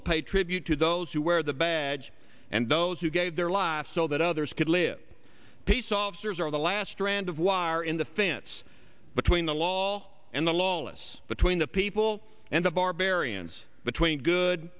will pay tribute to those who wear the badge and those who gave their lives so that others could live peace officers are the last trend of wire in the fence between the law and the lawless between the people and the barbarians between good